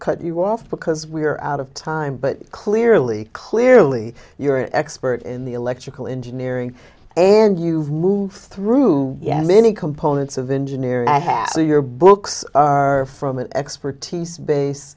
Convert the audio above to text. cut you off because we're out of time but clearly clearly you're an expert in the electrical engineering and you've moved through yeah many components of engineering i have so your books are from an expertise base